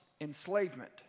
enslavement